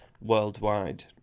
worldwide